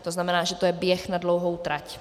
To znamená, že to je běh na dlouhou trať.